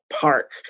park